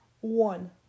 One